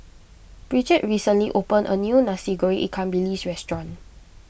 Bridget recently opened a new Nasi Goreng Ikan Bilis restaurant